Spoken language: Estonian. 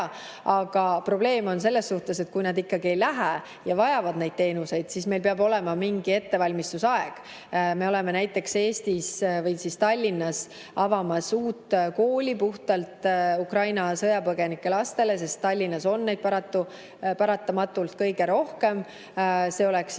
Aga probleem on selles, et kui nad [niipea] ikkagi ei lähe ja vajavad neid teenuseid, siis meil peab olema mingi ettevalmistusaeg. Me oleme näiteks Eestis või Tallinnas avamas uut kooli puhtalt Ukraina sõjapõgenike lastele, sest Tallinnas on neid paratamatult kõige rohkem. See on